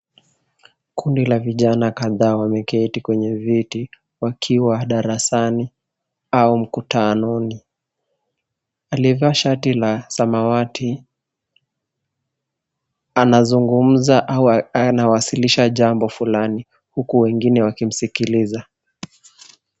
Kundi la vijana kadhaa wameketi kwenye viti wakiwa darasani au mkutanoni. Aliyevaa shati la samawati anazugumza au anawasilisha jambo fulani huku wengine wakimsikiliza.